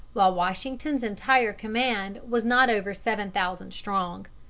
while washington's entire command was not over seven thousand strong.